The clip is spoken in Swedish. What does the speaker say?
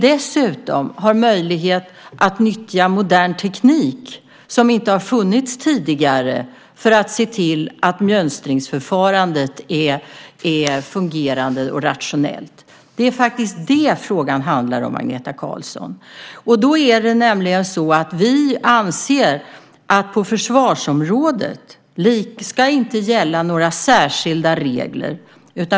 Dessutom har vi möjlighet att nyttja modern teknik som inte har funnits tidigare för att se till att mönstringsförfarandet är rationellt. Det är det frågan handlar om. Vi anser att det inte ska gälla några särskilda regler på försvarsområdet.